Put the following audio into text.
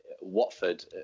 Watford